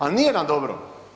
A nije nam dobro.